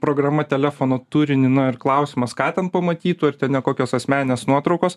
programa telefono turinį na ir klausimas ką ten pamatytų ar ten kokios asmeninės nuotraukos